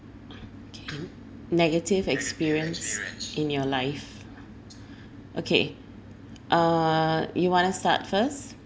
kay negative experience in your life okay uh you wanna start first